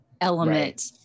element